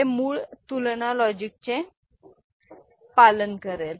हे मूळ तुलना लॉजिक चे पालन करेल